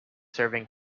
serving